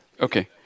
okay